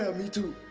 ah me too,